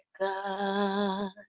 God